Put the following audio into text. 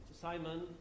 Simon